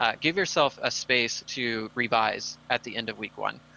ah give yourself a space to revise at the end of week one.